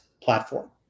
platform